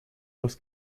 los